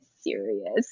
serious